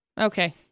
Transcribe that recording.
Okay